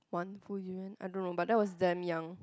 one full durian I don't know but that was damn young